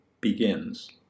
begins